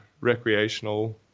recreational